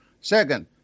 Second